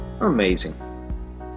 Amazing